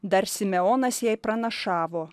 dar simeonas jai pranašavo